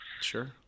Sure